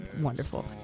wonderful